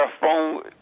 phone